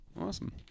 Awesome